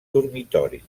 dormitori